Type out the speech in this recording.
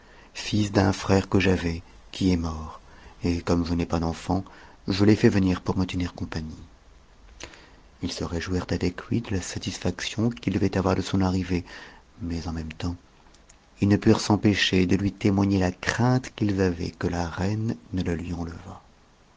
fils d'un frère que j'avais qui est mort et comme je u'ai pas d'enfants je l'ai fait venir pour me tenir compagnie ils se réjouirent avec lui de la satisfaction qu'il devait avoir de son arrivée mais en même temps ils ne purent s'empêcher de lui témoigner ta crainte qu'ils avaient que la reine ne le lui enlevât